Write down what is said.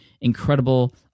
incredible